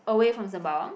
away from Sembawang